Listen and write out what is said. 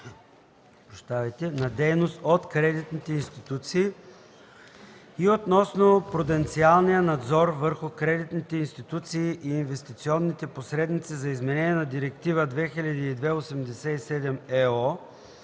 на дейност от кредитните институции и относно пруденциалния надзор върху кредитните институции и инвестиционните посредници за изменение на Директива 2002/87/ЕО